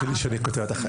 ענת סלחי לי שאני קוטע אותך,